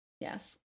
Yes